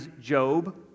Job